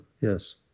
Yes